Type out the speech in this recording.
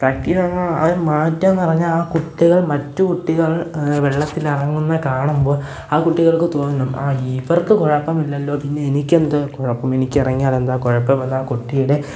പ്രാക്റ്റീന്ന അത് മാറ്റമെന്ന് പറഞ്ഞാല് ആ കുട്ടികൾ മറ്റു കുട്ടികൾ വെള്ളത്തിലിറങ്ങുന്നതു കാണുമ്പോള് ആ കുട്ടികൾക്ക് തോന്നണം ആ ഇവർക്ക് കുഴപ്പമില്ലല്ലോ പിന്നെനിക്കെന്ത് കുഴപ്പം എനിക്കിറങ്ങിയാൽ എന്താണ് കുഴപ്പം എന്നാ കുട്ടിയുടെ